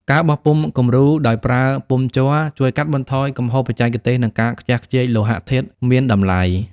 ការបោះពុម្ពគំរូដោយប្រើពុម្ពជ័រ ជួយកាត់បន្ថយកំហុសបច្ចេកទេស និងការខ្ជះខ្ជាយលោហៈធាតុមានតម្លៃ។